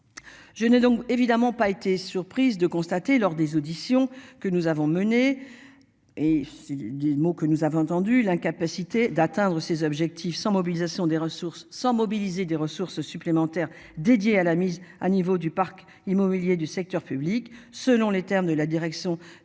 Je n'ai donc évidemment pas été surprise de constater lors des auditions que nous avons menées. Et. Des mots que nous avons entendu l'incapacité d'atteindre ses objectifs sans mobilisation des ressources sans mobiliser des ressources supplémentaires dédiés à la mise à niveau du parc immobilier du secteur public selon les termes de la direction de